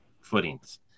footings